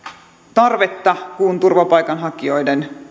tarvetta että turvapaikanhakijoiden